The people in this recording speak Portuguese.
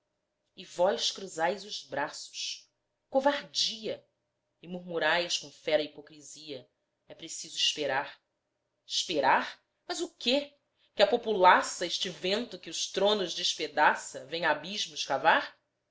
e vós cruzais os braços covardia e murmurais com fera hipocrisia é preciso esperar esperar mas o quê que a populaça este vento que os tronos despedaça venha abismos cavar